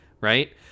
right